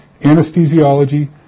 anesthesiology